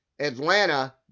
Atlanta